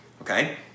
okay